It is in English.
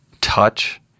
touch